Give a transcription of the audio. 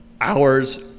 hours